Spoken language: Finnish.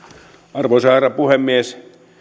arvoisa herra puhemies